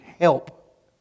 help